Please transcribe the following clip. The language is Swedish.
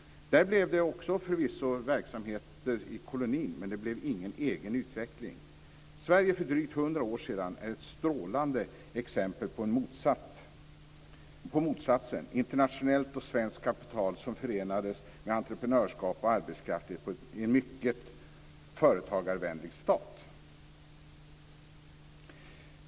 Det blev förvisso också verksamheter i kolonien. Men det blev ingen egen utveckling. Sverige för drygt hundra år sedan är ett strålande exempel på motsatsen. Internationellt och svenskt kapital förenades med entreprenörskap och arbetskraft i en mycket företagarvänlig stat.